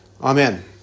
Amen